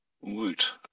Woot